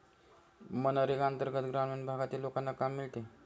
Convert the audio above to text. मनरेगा अंतर्गत ग्रामीण भागातील लोकांना काम मिळते